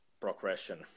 progression